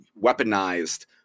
weaponized